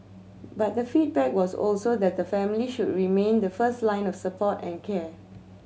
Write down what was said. but the feedback was also that the family should remain the first line of support and care